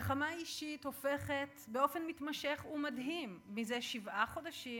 גחמה אישית הופכת באופן מתמשך ומדהים זה שבעה חודשים,